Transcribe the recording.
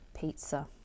pizza